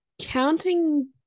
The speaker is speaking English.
counting